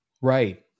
Right